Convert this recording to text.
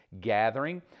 gathering